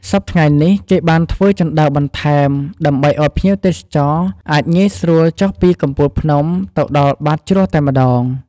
សព្វថ្ងៃនេះគេបានធ្វើជណ្ដើរបន្ថែម ដើម្បីអោយភ្ញៀវទេសចរអាចងាយស្រួលចុះពីកំពូលភ្នំទៅដល់បាតជ្រោះតែម្ដង។